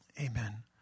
amen